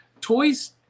toys